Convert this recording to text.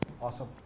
Awesome